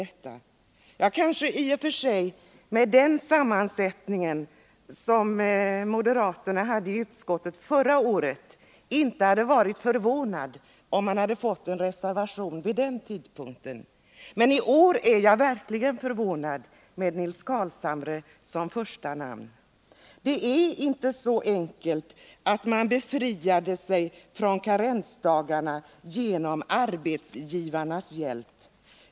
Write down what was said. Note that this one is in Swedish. Med tanke på den sammansättning som utskottet då hade, hade jag inte varit förvånad om moderaterna då hade reserverat sig. Men jag är verkligen förvånad att vi fått en reservation i år med Nils Carlshamré som första namn. Det var inte så att man befriade sig från karensdagarna med arbetsgivarnas hjälp.